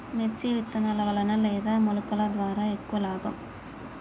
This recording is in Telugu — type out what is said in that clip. మిర్చి విత్తనాల వలన లేదా మొలకల ద్వారా ఎక్కువ లాభం?